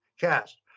cast